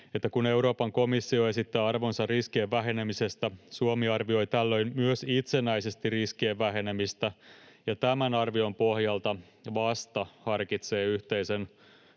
kun Euroopan komissio esittää arvionsa riskien vähenemisestä, Suomi arvioi tällöin myös itsenäisesti riskien vähenemistä ja tämän arvion pohjalta vasta harkitsee yhteisen